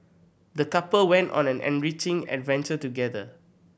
the couple went on an enriching adventure together